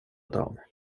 dam